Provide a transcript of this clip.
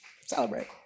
celebrate